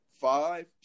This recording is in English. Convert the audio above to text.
five